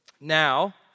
Now